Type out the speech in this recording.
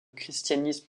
christianisme